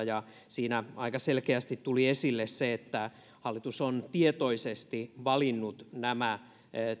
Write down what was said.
ja siinä aika selkeästi tuli esille se että hallitus on tietoisesti valinnut nämä